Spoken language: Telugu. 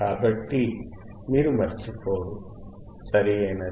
కాబట్టి మీరు మరచిపోరు సరియైనది